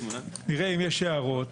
נראה אם יש הערות.